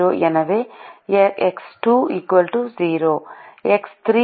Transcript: எனவே x 2 0 x 3 2 மற்றும் x 4 0